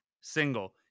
single